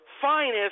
finest